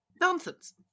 Nonsense